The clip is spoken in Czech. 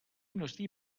množství